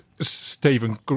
Stephen